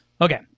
Okay